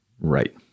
Right